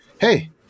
hey